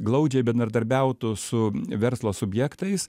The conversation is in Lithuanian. glaudžiai bendradarbiautų su verslo subjektais